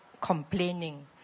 complaining